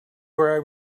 where